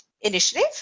initiative